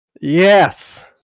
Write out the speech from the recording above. Yes